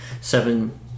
seven